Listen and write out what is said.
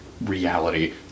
reality